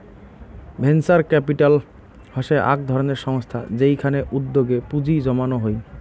venture capital হসে আক ধরণের সংস্থা যেইখানে উদ্যোগে পুঁজি জমানো হই